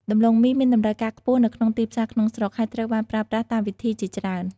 ដំឡូងមីមានតម្រូវការខ្ពស់នៅក្នុងទីផ្សារក្នុងស្រុក ហើយត្រូវបានប្រើប្រាស់តាមវិធីជាច្រើន។